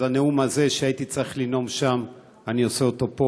אז את הנאום שהייתי צריך לנאום שם אני עושה פה,